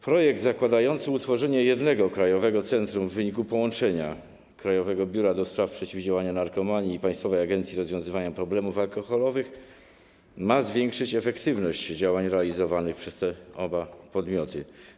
Projekt zakładający utworzenie jednego krajowego centrum w wyniku połączenia Krajowego Biura do Spraw Przeciwdziałania Narkomanii i Państwowej Agencji Rozwiązywania Problemów Alkoholowych ma zwiększyć efektywność działań realizowanych przez oba podmioty.